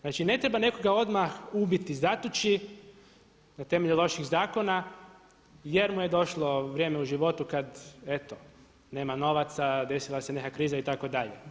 Znači ne treba nikoga odmah ubiti, zatući na temelju loših zakona jer mu je došlo vrijeme u životu kada eto nema novaca, desila se neka kriza itd.